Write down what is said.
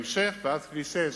עד צומת כברי בהמשך,